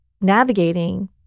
navigating